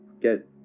get